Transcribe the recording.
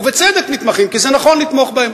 ובצדק נתמכים, כי זה נכון לתמוך בהם.